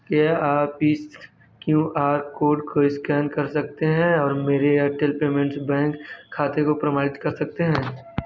क्या आप इस क्यू आर कोड को स्कैन कर सकते हैं और मेरे एयरटेल पेमेंट्स पेमेंट्स बैंक खाते को प्रमाणित कर सकते हैं